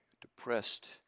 Depressed